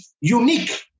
unique